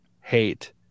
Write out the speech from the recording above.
hate